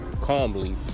calmly